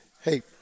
hey